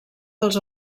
pels